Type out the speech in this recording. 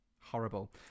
Horrible